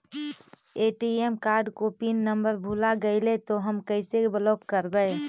ATM card को pin number भुला गैले तौ हम कैसे ब्लॉक करवै?